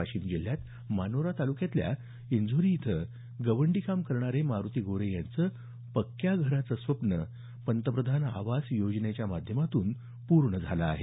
वाशिम जिल्ह्यात मानोरा तालुक्यातल्या इंझोरी इथं गवंडी काम करणारे मारोती गोरे यांचं पक्क्या घराचं स्वप्न पंतप्रधान आवास योजनेच्या माध्यमातून पूर्ण झालं आहे